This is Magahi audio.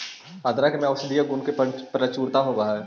अदरक में औषधीय गुणों की प्रचुरता होवअ हई